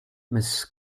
miss